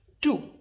Two